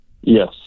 Yes